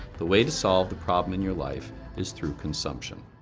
the way to solve the problem in your life is through consumption.